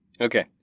okay